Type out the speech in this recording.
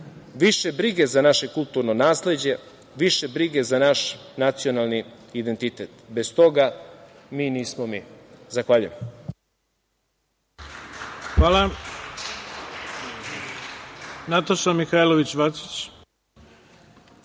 više brige za naše kulturno nasleđe, više brige za naš nacionalni identitet. Bez toga mi nismo mi. Zahvaljujem. **Ivica